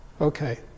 okay